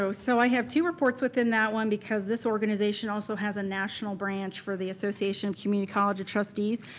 so so i have two reports within that one because this organization also has a national branch for the association community college of trustees.